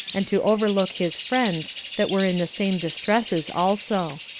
and to overlook his friends that were in the same distresses also.